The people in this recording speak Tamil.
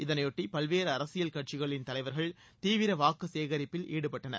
இதனையொட்டி பல்வேறு அரசியல் கட்சிகளின் தலைவர்கள் தீவிர வர்கு சேகரிப்பில் ஈடுபட்டனர்